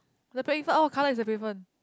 the pave what colour is the pavement